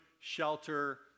shelter